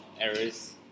errors